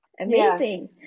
Amazing